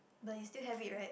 but you still have it right